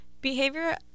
behavior